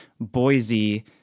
Boise